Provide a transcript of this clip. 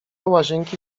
łazienki